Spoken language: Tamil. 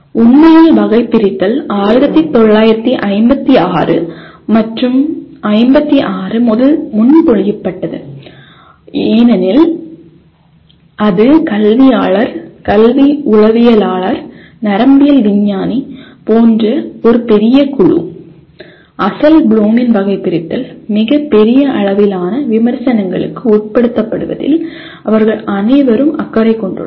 உண்மையில் வகைபிரித்தல் 1956 மற்றும் 56 முதல் முன்மொழியப்பட்டது ஏனெனில் இது கல்வியாளர் கல்வி உளவியலாளர் நரம்பியல் விஞ்ஞானி போன்ற ஒரு பெரிய குழு அசல் ப்ளூமின் வகைபிரித்தல் மிகப்பெரிய அளவிலான விமர்சனங்களுக்கு உட்படுத்தப்படுவதில் அவர்கள் அனைவரும் அக்கறை கொண்டுள்ளனர்